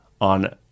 on